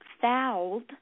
fouled